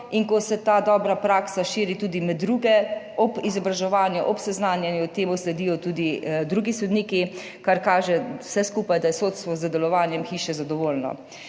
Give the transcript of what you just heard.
in ko se ta dobra praksa širi tudi med druge, ob izobraževanju, ob seznanjanju temu sledijo tudi drugi sodniki, kar vse skupaj kaže, da je sodstvo z delovanjem hiše zadovoljno.